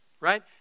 right